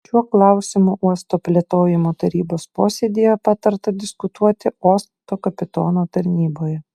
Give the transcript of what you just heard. šiuo klausimu uosto plėtojimo tarybos posėdyje patarta diskutuoti uosto kapitono tarnyboje